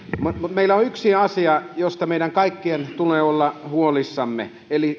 meillä on yksi asia josta meidän kaikkien tulee olla huolissamme eli